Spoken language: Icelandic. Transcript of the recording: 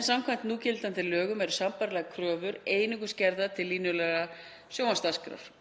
en samkvæmt núgildandi lögum eru sambærilegar kröfur einungis gerðar til línulegrar sjónvarpsdagskrár.